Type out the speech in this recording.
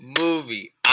movie